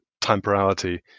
temporality